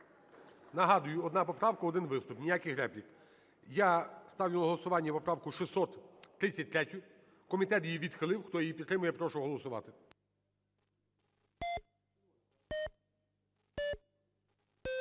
Нагадую: одна поправка – один виступ, ніяких реплік. Я ставлю на голосування поправку 633. Комітет її відхилив. Хто її підтримує, прошу голосувати.